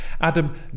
Adam